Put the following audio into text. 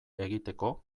egiteko